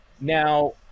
Now